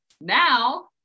Now